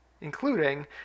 including